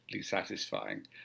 satisfying